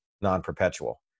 non-perpetual